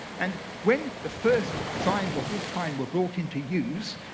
and when the first signs of this kind were brought into use,